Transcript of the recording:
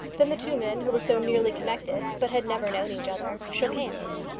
then the two men who were so nearly connected, but had never known each other, shook hands.